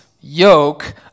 yoke